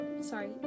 sorry